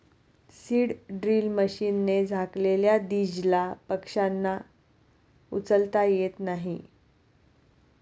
seed drill मशीनने झाकलेल्या दीजला पक्ष्यांना उचलता येत नाही